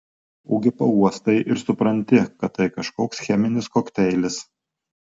ogi pauostai ir supranti kad tai kažkoks cheminis kokteilis